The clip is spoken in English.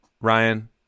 Ryan